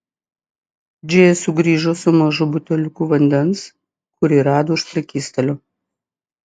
džėja sugrįžo su mažu buteliuku vandens kurį rado už prekystalio